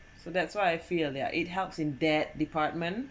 so that's why I feel yeah it helps in that department